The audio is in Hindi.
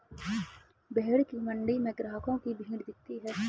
भेंड़ की मण्डी में ग्राहकों की भीड़ दिखती है